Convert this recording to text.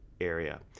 area